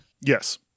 Yes